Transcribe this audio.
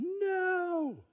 no